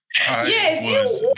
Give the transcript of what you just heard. Yes